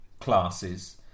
classes